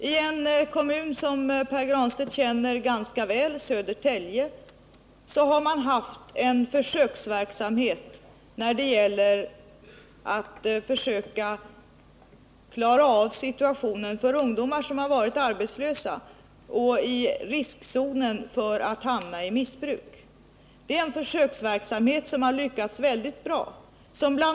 I en kommun som Pär Granstedt känner ganska väl, Södertälje, har man haft en försöksverksamhet för att klara situationen för ungdomar som varit arbetslösa och som är i riskzonen till att hamna i missbruk. Det är en försöksverksamhet som har lyckats väldigt bra. Bl.